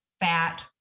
fat